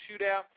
shootout